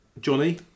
Johnny